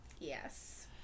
Yes